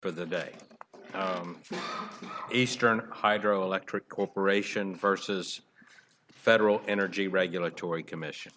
for the day eastern hydro electric corporation versus federal energy regulatory commission